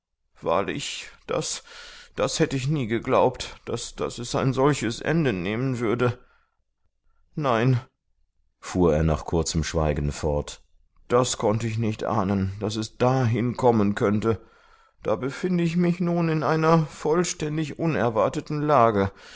wahrlich das hätte ich nie geglaubt daß es ein solches ende nehmen würde nein fuhr er nach kurzem schweigen fort das konnte ich nicht ahnen daß es dahin kommen könnte da befinde ich mich nun in einer vollständig unerwarteten lage